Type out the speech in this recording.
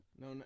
No